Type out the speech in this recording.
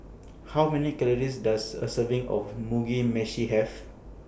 How Many Calories Does A Serving of Mugi Meshi Have